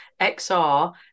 XR